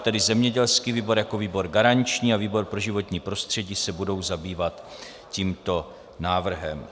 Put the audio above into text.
Tedy zemědělský výbor jako výbor garanční a výbor pro životní prostředí se budou zabývat tímto návrhem.